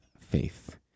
faith